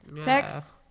Text